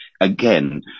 Again